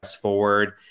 forward